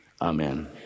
Amen